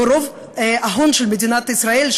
שבו רוב ההון של מדינת ישראל,